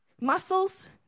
Muscles